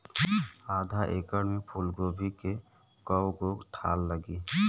आधा एकड़ में फूलगोभी के कव गो थान लागी?